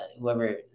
whoever